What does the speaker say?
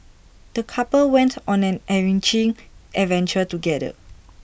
the couple went on an enriching adventure together